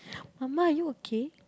Ah-Ma you okay